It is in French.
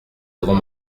avons